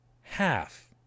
half